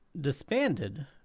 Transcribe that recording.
disbanded